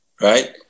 right